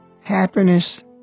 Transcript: happiness